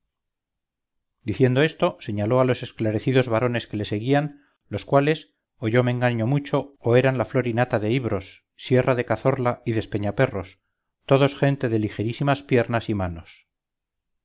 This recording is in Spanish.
diciendo esto señaló a los esclarecidos varones que le seguían los cuales o yo me engaño mucho o eran la flor y nata de ibros sierra de cazorla y despeñaperros todos gente de ligerísimas piernas y manos